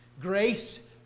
Grace